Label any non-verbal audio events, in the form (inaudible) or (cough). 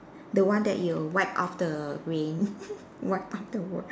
the one that you wipe off the rain (laughs) wipe off the water